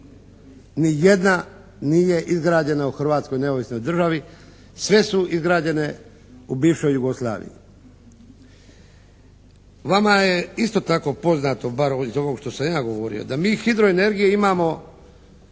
Ni jedna nije izgrađena u hrvatskoj neovisnoj državi, sve su izgrađene u bivšoj Jugoslaviji. Vama je isto tako poznati, bar iz ovog što sam ja govorio da mi hidroenergije imamo